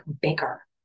bigger